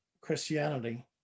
Christianity